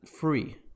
Free